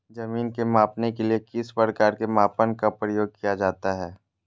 जमीन के मापने के लिए किस प्रकार के मापन का प्रयोग किया जाता है?